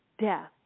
death